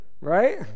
right